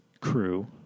crew